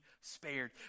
spared